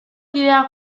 kideak